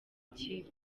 kipe